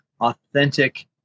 authentic